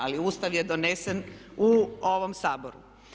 Ali Ustav je donesen u ovom Saboru.